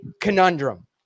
conundrum